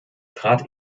trat